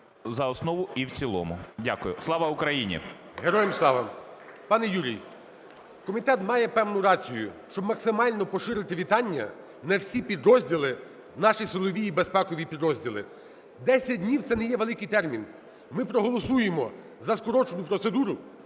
за основу і в цілому. Дякую. Слава Україні! ГОЛОВУЮЧИЙ. Героям слава! Пане Юрій, комітет має певну рацію, щоб максимально поширити вітання на всі підрозділі наші силові і безпекові підрозділи. Десять днів це не є великий термін. Ми проголосуємо за скорочену процедуру,